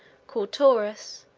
called taurus,